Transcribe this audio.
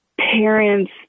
parents